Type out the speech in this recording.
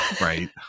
right